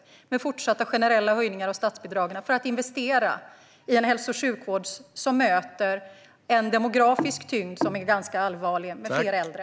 Det handlar om fortsatta generella höjningar av statsbidragen för att investera i en hälso och sjukvård som möter en ganska allvarlig demografiskt situation med fler äldre.